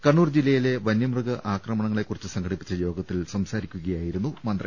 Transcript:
കണ്ണൂർ ജില്ലയിലെ വന്യമൃഗ ആക്രമണങ്ങള ക്കുറിച്ച് സംഘടിപ്പിച്ച യോഗത്തിൽ സംസാരിക്കുകയാ യിരുന്നു മന്ത്രി